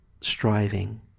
striving